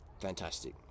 fantastic